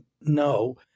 no